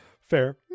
Fair